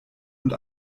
und